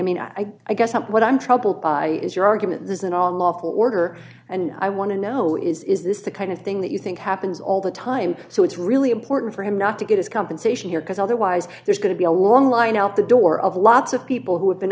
i mean i i guess what i'm troubled by is your argument is that all lawful order and i want to know is is this the kind of thing that you think happens all the time so it's really important for him not to get his compensation here because otherwise there's going to be a long line out the door of lots of people who have been